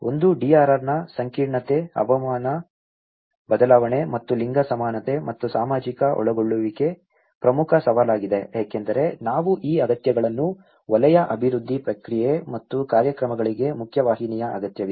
ಒಂದು DRR ನ ಸಂಕೀರ್ಣತೆ ಹವಾಮಾನ ಬದಲಾವಣೆ ಮತ್ತು ಲಿಂಗ ಸಮಾನತೆ ಮತ್ತು ಸಾಮಾಜಿಕ ಒಳಗೊಳ್ಳುವಿಕೆ ಪ್ರಮುಖ ಸವಾಲಾಗಿದೆ ಏಕೆಂದರೆ ನಾವು ಈ ಅಗತ್ಯಗಳನ್ನು ವಲಯ ಅಭಿವೃದ್ಧಿ ಪ್ರಕ್ರಿಯೆ ಮತ್ತು ಕಾರ್ಯಕ್ರಮಗಳಿಗೆ ಮುಖ್ಯವಾಹಿನಿಯ ಅಗತ್ಯವಿದೆ